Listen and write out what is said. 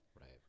Right